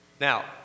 Now